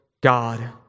God